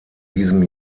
diesem